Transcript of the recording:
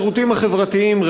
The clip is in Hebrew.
השירותים החברתיים,